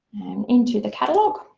into the catalogue.